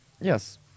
Yes